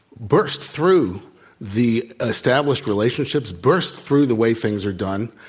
burst through the established relationships, burst through the way things are done,